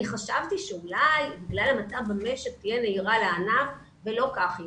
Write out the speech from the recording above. חשבתי שאולי בגלל המצב במשק תהיה נהירה לענף ולא כך הוא.